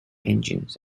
engines